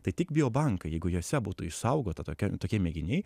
tai tik bio bankai jeigu juose būtų išsaugota tokia tokie mėginiai